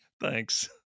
thanks